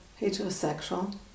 heterosexual